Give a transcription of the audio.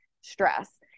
stress